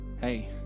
hey